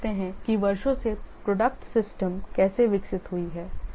अब देखते हैं कि वर्षों से प्रोडक्ट सिस्टम कैसे विकसित हुई है